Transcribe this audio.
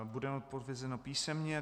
Bude mu odpovězeno písemně.